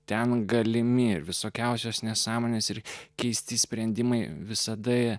ten galimi ir visokiausios nesąmonės ir keisti sprendimai visada